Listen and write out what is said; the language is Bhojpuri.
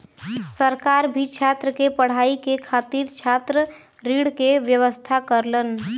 सरकार भी छात्र के पढ़ाई के खातिर छात्र ऋण के व्यवस्था करलन